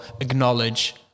acknowledge